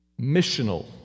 missional